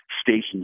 stations